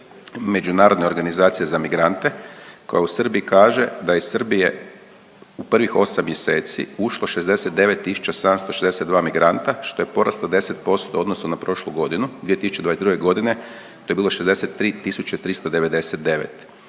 međunarodne organizacije za migrante koja u Srbiji kaže da je iz Srbije u prvih 8 mjeseci, ušlo 69 762 migranta, što je porast od 10% u odnosu na prošlu godinu. 2022. godine je bilo 63 399.